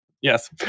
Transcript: Yes